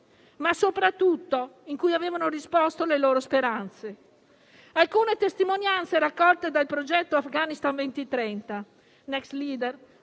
ma soprattutto in cui avevano riposto le loro speranze. Alcune testimonianze raccolte dal progetto Afghanistan 2030-Next Leaders,